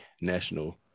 National